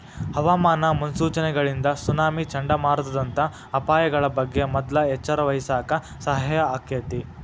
ಹವಾಮಾನ ಮುನ್ಸೂಚನೆಗಳಿಂದ ಸುನಾಮಿ, ಚಂಡಮಾರುತದಂತ ಅಪಾಯಗಳ ಬಗ್ಗೆ ಮೊದ್ಲ ಎಚ್ಚರವಹಿಸಾಕ ಸಹಾಯ ಆಕ್ಕೆತಿ